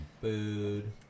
food